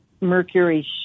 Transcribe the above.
Mercury